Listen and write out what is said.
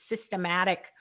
systematic